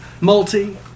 multi